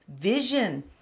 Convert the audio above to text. vision